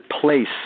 place